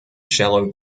shallow